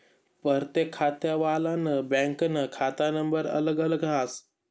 परतेक खातावालानं बँकनं खाता नंबर अलग अलग हास